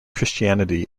christianity